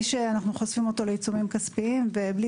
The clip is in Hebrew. בלי שאנו חושפים אותו לעיצומים כספיים ובלי